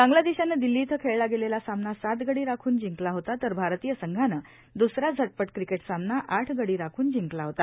बांग्लादेशानं दिल्ली इथं खेळला गेलेला सामना सात गडी राखून जिंकला होता तर भारतीय संघानं दुसरा झटपट सामना आठ गडी राखून जिंकला होता